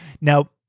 Now